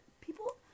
people